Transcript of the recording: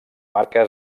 marca